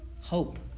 hope